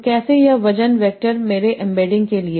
तो कैसे यह वजन वैक्टर मेरे एम्बेडिंग के लिए